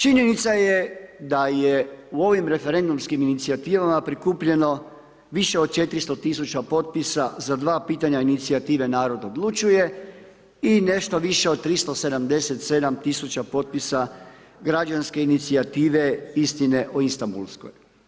Činjenica je da je u ovim referendumskim inicijativama prikupljeno više od 400000 potpisa za 2 pitanja inicijative narod odlučuje i nešto više od 377 potpisa građanske inicijative istine o Istambulskoj.